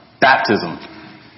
baptism